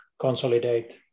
consolidate